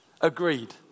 Agreed